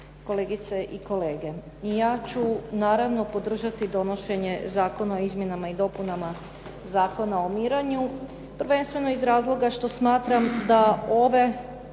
Kolegice i kolege. I ja ću naravno podržati donošenje Zakona o izmjenama i dopunama Zakona o mirenju, prvenstveno iz razloga što smatram da ove